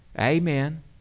Amen